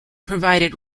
provided